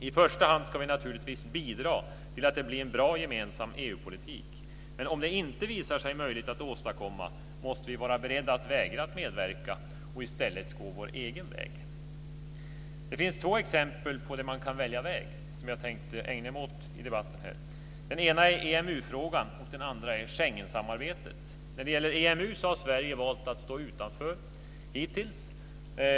I första hand ska vi naturligtvis bidra till att det blir en bra gemensam EU-politik, men om det inte visar sig möjligt att åstadkomma måste vi vara beredda att vägra medverka och i stället gå vår egen väg. Det finns två exempel på när man kan välja väg som jag tänkte ägna mig åt i debatten. Det ena är EMU-frågan, och det andra är Schengensamarbetet. När det gäller EMU har Sverige hittills valt att stå utanför.